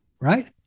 Right